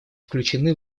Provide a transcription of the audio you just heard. включены